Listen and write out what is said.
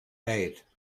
aid